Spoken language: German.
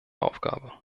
aufgabe